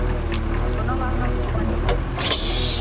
तऽ कोनो बात नहि हम दए देब